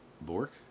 Bork